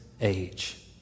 age